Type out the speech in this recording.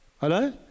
Hello